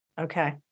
Okay